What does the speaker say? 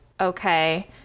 Okay